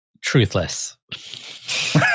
Truthless